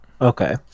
Okay